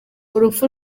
urupfu